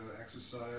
exercise